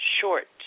short